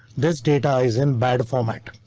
this data is in bad format.